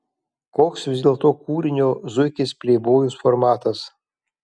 koks vis dėlto kūrinio zuikis pleibojus formatas